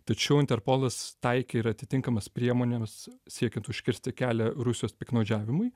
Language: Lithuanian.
tačiau interpolas taikė ir atitinkamas priemonėms siekiant užkirsti kelią rusijos piktnaudžiavimui